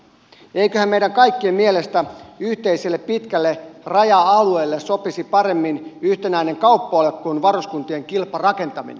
eiköhän meidän kaikkien mielestä yhteiselle pitkälle raja alueelle sopisi paremmin yhtenäinen kauppa alue kuin varuskuntien kilparakentaminen